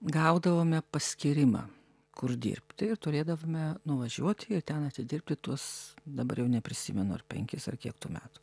gaudavome paskyrimą kur dirbti ir turėdavome nuvažiuoti ir ten atidirbti tuos dabar jau neprisimenu ar penkis ar kiek tų metų